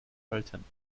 falten